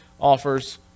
offers